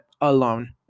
alone